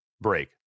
break